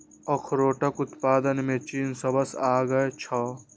अखरोटक उत्पादन मे चीन सबसं आगां छै